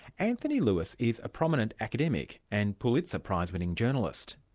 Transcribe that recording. anthony lewis is a prominent academic and pulitzer prizewinning journalist.